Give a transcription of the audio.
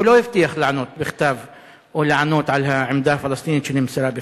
הוא לא הבטיח לענות בכתב או לענות על העמדה הפלסטינית שנמסרה בכתב,